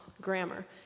grammar